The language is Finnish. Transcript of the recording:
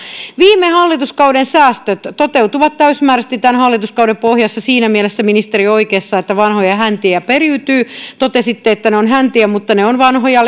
viime hallituskauden säästöt toteutuvat täysimääräisesti tämän hallituskauden pohjassa siinä mielessä ministeri on oikeassa että vanhoja häntiä periytyy totesitte että ne ovat häntiä mutta ne ovat vanhoja